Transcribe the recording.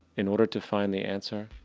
in order to find the answer,